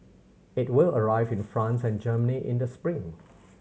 it will arrive in France and Germany in the spring